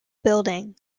building